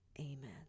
Amen